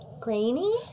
Grainy